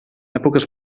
èpoques